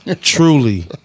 truly